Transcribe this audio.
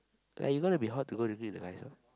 like you gotta be hot to go drinking with the guys